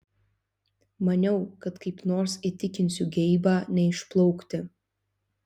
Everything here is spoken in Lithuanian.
maniau kad kaip nors įtikinsiu geibą neišplaukti